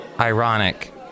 ironic